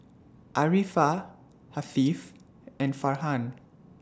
Arifa Hasif and Farhan